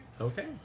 Okay